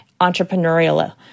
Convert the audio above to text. entrepreneurial